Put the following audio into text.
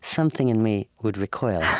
something in me would recoil.